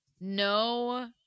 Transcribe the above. no